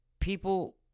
people